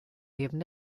neben